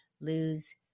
lose